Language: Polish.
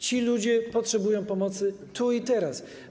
Ci ludzie potrzebują pomocy tu i teraz.